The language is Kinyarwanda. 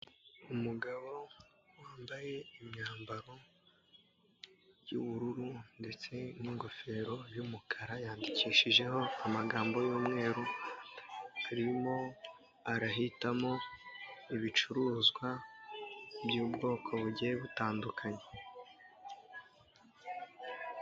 Umugabo wambaye imyambaro y'ubururu, ndetse n'ingofero y'umukara, yandikishijeho amagambo y'umweru, arimo arahitamo ibicuruzwa by'ubwoko bugiye butandukanye.